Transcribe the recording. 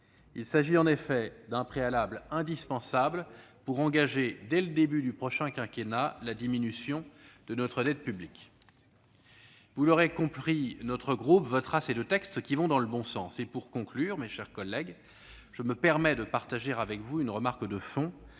Il s'agit en effet d'un préalable indispensable pour engager, dès le début du prochain quinquennat, la diminution de notre dette publique. Vous l'aurez compris, notre groupe votera ces deux textes, qui vont dans le bon sens. Pour conclure, mes chers collègues, je me permets de partager avec vous une remarque de fond